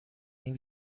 این